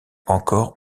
encore